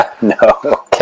No